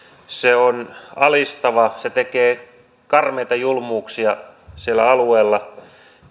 se on alistava se tekee karmeita julmuuksia sillä alueella